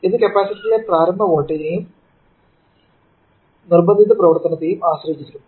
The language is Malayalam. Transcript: ഇത് കപ്പാസിറ്ററിലെ പ്രാരംഭ വോൾട്ടേജിനെയും നിർബന്ധിത പ്രവർത്തനത്തെയും ആശ്രയിച്ചിരിക്കും